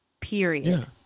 Period